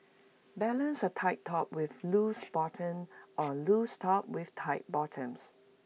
balance A tight top with loose bottoms or A loose top with tight bottoms